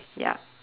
ya